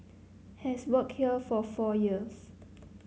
has worked here for four years